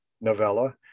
novella